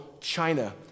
China